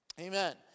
amen